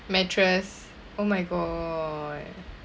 mattress oh my god